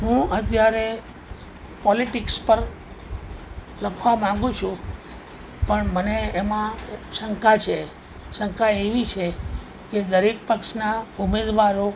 હું અત્યારે પોલિટીક્સ પર લખવા માગું છું પણ મને એમાં શંકા છે શંકા એવી છે કે દરેક પક્ષના ઉમેદવારો